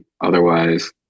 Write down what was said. otherwise